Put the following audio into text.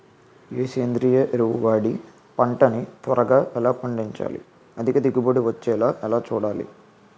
ఏ సేంద్రీయ ఎరువు వాడి పంట ని త్వరగా ఎలా పండించాలి? అధిక దిగుబడి వచ్చేలా ఎలా చూడాలి?